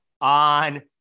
on